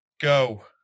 go